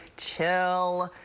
chill.